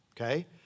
Okay